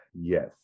yes